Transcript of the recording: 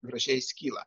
gražiai skyla